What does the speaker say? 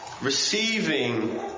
receiving